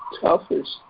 toughest